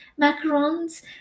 macarons